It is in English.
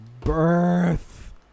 Birth